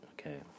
okay